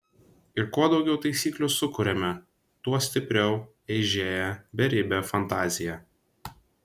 ir kuo daugiau taisyklių sukuriame tuo stipriau eižėja beribė fantazija